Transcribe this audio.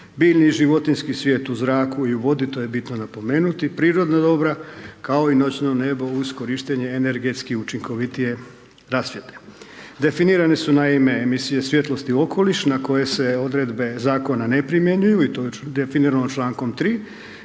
biljni i životinjski svijet u zraku i u vodi, to je bitno napomenuti, prirodna dobra, kao i noćno nebo uz korištenje energetski učinkovitije rasvjete. Definirane su, naime, emisije svjetlosti u okoliš na koje se odredbe zakona ne primjenjuju i to je već definirano čl. 3,